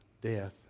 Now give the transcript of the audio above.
Death